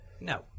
No